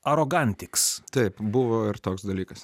arogantiks taip buvo ir toks dalykas